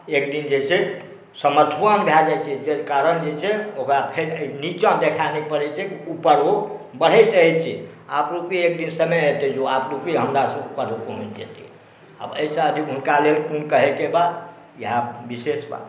एकदिन जे छै सामर्थ्यवान भऽ जाइ छै जाहि कारण जे छै फेर ओकरा निचाँ देखाइ नहि पड़ै छै उपर ओ बढ़ैत रहै छै आपरूपी एकदिन समय अएतै जे आपरूपी हमरासँ उपर ओ पहुँच जेतै आब एहिसँ अधिक हुनका लेल कोन कहैके बात इएह विशेष बात